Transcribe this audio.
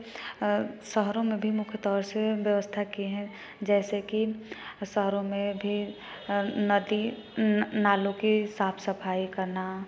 शहरों में भी मुख्य तौर से व्यवस्था की हैं जैसे कि शहरों में भी नदी नालों की साफ़ सफ़ाई करना